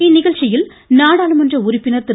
இந்நிகழ்ச்சியில் நாடாளுமன்ற உறுப்பினர் திரு